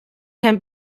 can